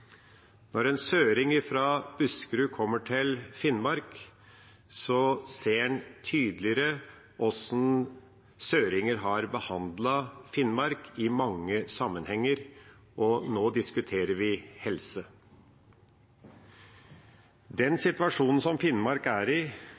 Når en søring fra Buskerud kommer til Finnmark, ser en tydeligere hvordan søringer har behandlet Finnmark i mange sammenhenger, og nå diskuterer vi helse. Den